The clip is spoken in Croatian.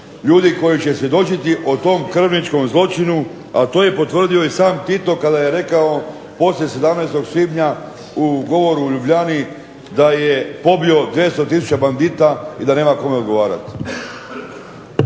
ljudi koji će svjedočiti o tom krvničkom zločinu, a to je potvrdio i sam Tito kada je rekao poslije 17. svibnja u govoru u Ljubljani da je pobio 200 tisuća bandita i da nema kome odgovarati.